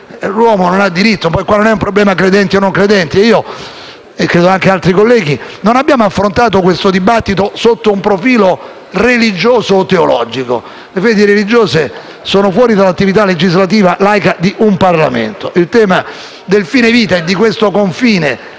l'uomo non ne ha il diritto. Qui non è un problema di credenti o non credenti: io e credo anche altri colleghi non abbiamo affrontato questo dibattito con un approccio religioso o teologico. Le fedi religiose sono fuori dall'attività legislativa laica di un Parlamento. Il tema del fine vita e di questo confine